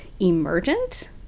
emergent